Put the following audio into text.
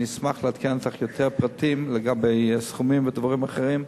אשמח לעדכן אותך ביותר פרטים לגבי סכומים ודברים אחרים,